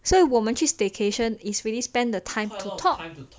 所以我们去 staycation is really spend the time to talk